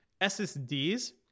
ssds